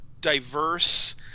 diverse